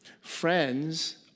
Friends